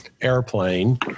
airplane